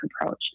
approach